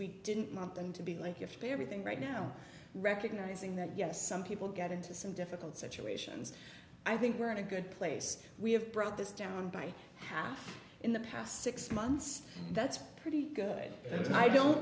we didn't want them to be like if be everything right now recognizing that yes some people get into some difficult situations i think we're in a good place we have brought this down by half in the past six months that's pretty good that i don't